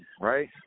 right